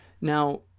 Now